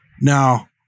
Now